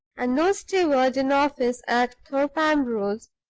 and no steward in office at thorpe ambrose,